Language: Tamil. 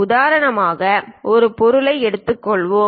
உதாரணமாக இந்த பொருளை எடுத்துக்கொள்வோம்